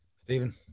Stephen